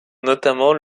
notamment